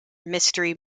mystery